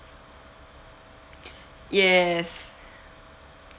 yes